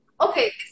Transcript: Okay